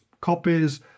copies